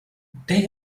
they